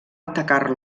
atacar